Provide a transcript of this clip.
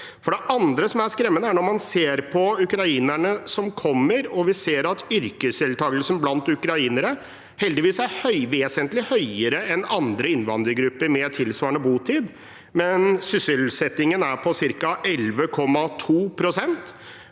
Noe annet som er skremmende, er at når man ser på ukrainerne som kommer – og vi ser at yrkesdeltakelsen blant ukrainere heldigvis er vesentlig høyere enn blant andre innvandrergrupper med tilsvarende botid – er sysselsettingen på ca. 11,2 pst.,